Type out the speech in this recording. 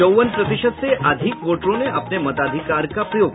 चौवन प्रतिशत से अधिक वोटरों ने अपने मताधिकार का किया प्रयोग